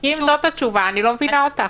כי אם זו התשובה, אני לא מבינה אותה.